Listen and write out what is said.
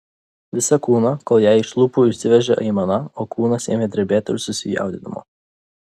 visą kūną kol jai iš lūpų išsiveržė aimana o kūnas ėmė drebėti iš susijaudinimo